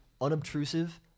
unobtrusive